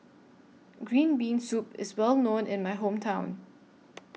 Green Bean Soup IS Well known in My Hometown